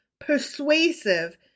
persuasive